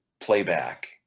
playback